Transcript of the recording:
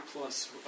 plus